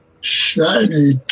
Shiny